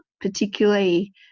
particularly